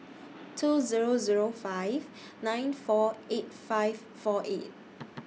two Zero Zero five nine four eight five four eight